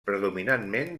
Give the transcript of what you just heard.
predominantment